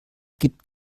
gibt